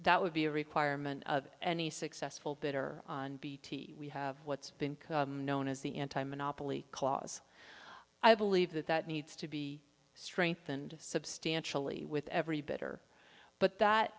that would be a requirement of any successful bit or on bt we have what's been known as the anti monopoly clause i believe that that needs to be strengthened substantially with every better but that